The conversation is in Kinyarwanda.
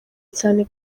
cyane